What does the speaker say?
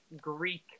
Greek